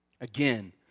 Again